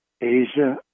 Asia